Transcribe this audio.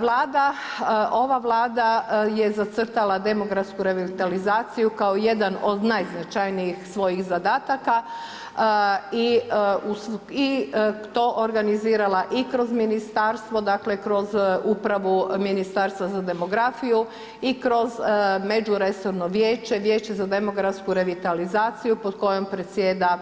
Vlada, ova Vlada je zacrtala demografsku revitalizaciju kao jedan od najznačajnijih svojih zadatka i to organizirala i kroz Ministarstvo, dakle kroz Upravu ministarstva za demografiju i kroz međuresorno vijeće, Vijeće za demografsku revitalizaciju pod kojom predsjeda